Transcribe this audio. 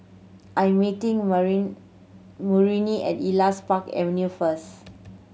I am meeting marine Maurine at Elias Park Avenue first